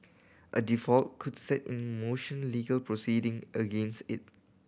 a default could set in motion legal proceeding against it